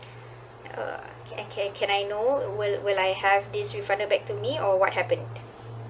uh can can can I know will will I have this refunded back to me or what happened